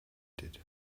did